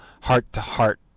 heart-to-heart